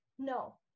No